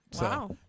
Wow